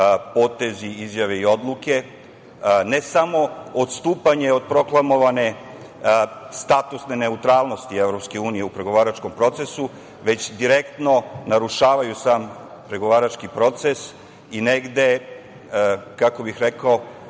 potezi, izjave i odluke ne samo odstupanje od proklamovane statusne neutralnosti EU pregovaračkom procesu već direktno narušavaju sam pregovarački proces i negde, kako bih rekao,